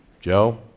Joe